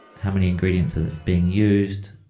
how many ingredients are being used,